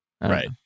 Right